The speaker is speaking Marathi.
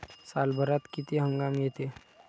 सालभरात किती हंगाम येते?